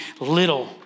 little